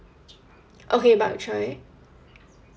okay bak choy